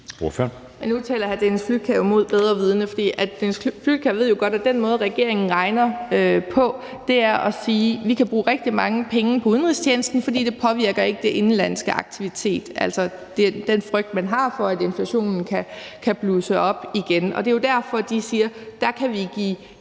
Nu taler hr. Dennis Flydtkjær mod bedre vidende, for han ved jo godt, at den måde, regeringen regner på, er ved at sige, at vi kan bruge rigtig mange penge på udenrigstjenesten, fordi det ikke påvirker den indenlandske aktivitet, altså på grund af den frygt, man har for, at inflationen kan blusse op igen. Og det er jo derfor, de siger, at der kan vi give